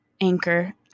Anchor